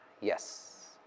Yes